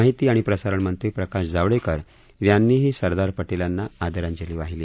माहिती आणि प्रसारणमंत्री प्रकाश जावडेकर यांनीही सरदार पटेलांना आदरांजली वाहिली